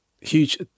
huge